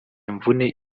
imvune